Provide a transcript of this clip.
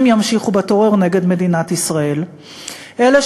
הם ימשיכו בטרור נגד מדינת ישראל; אלה,